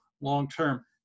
long-term